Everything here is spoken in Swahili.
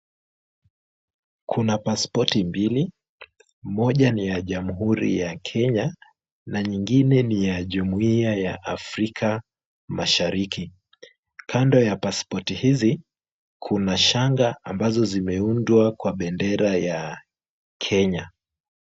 Kuna pasipoti mbili moja ni ya Jamhuri ya Kenya na nyingine ni ya jumuiya ya Afrika Mashariki. Kando ya pasipoti hizi, Kuna shanga ambazo zimeundwa kwa bendera ya Kenya.